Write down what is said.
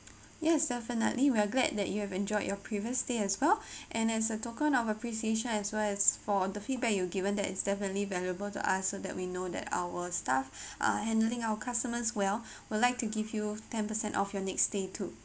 yes definitely we're glad that you have enjoyed your previous day as well and as a token of appreciation as well as for the feedback you given that it's definitely valuable to us so that we know that our staff are handling our customers well would like to give you ten percent off your next day too